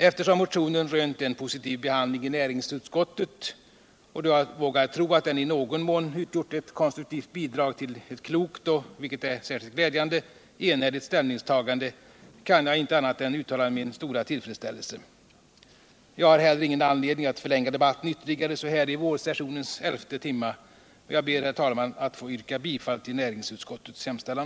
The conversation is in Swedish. Eftersom motionen rönt en positiv behandling i näringsutskottet och då jag vågar tro, att den i någon mån utgjort ett konstruktivt bidrag till ett klokt och - vilket är särskilt glädjande — enhälligt ställningstagande, kan jag inte annat än uttala min stora tillfredsställelse. Jag har heller ingen anledning att förlänga debatten ytterligare så här i vårsessionens elfte timma. Jag ber, herr talman, att få yrka bifall till näringsutskottets hemstillan.